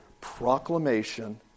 proclamation